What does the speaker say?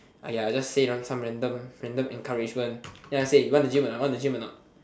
ah ya just say some random random encouragement then I say you want gym or not want to gym or not